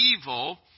evil